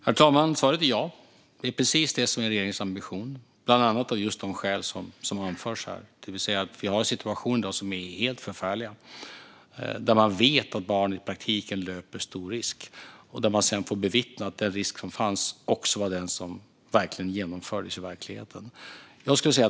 Herr talman! Svaret är ja. Det är precis det som är regeringens ambition, bland annat av just de skäl som anförs här. Vi har en situation i dag som är helt förfärlig. Man vet att barn i praktiken löper stor risk, och sedan får man bevittna att den risk som fanns blev verklighet.